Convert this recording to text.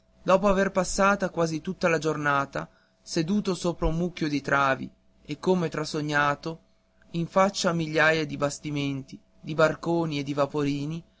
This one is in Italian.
dopo aver passata quasi tutta la giornata seduto sopra un mucchio di travi e come trasognato in faccia a migliaia di bastimenti di barconi e di vaporini